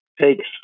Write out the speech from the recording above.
takes